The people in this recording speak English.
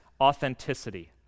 authenticity